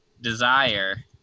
Desire